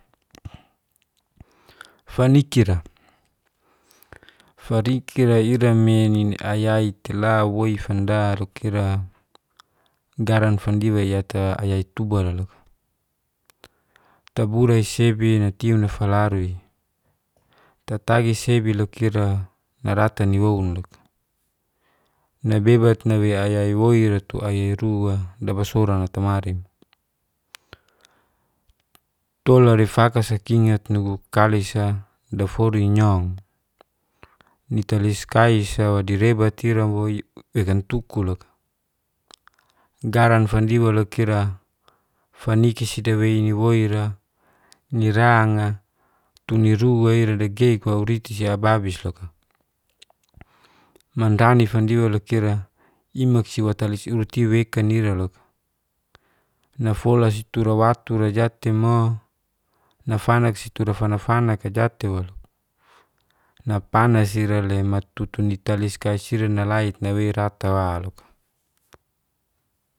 Fanikira, fanikira ira menin ayai'te la woi fandaru kira garan fadiwa iyata ayai tubana loka. Taburai sebi natiu falaru'i tatagi sebi lukira naratani'woun loka. Nabebat nawia ayai woira tuairu'a dabasora atamarin. Tola rifaka sakingat nugu kalisa daforin'i nyong nitalis kai'so direbat ira woi wekan tuku loka. Garanfan'i walo i'ra faniki sidawe'i niwoi'ra nira'nga tuniru'a ira degekwauritisi ababis loka mandani fandi walo ira imaksiwatalisi urtiwekan ira loka. Nafolasi tura waktura jat'te mo, nafanaksi turafana-fanak'a jat'te walo. Napanas ira'le mat'tutunitalis kaisirinalait naweirata walo.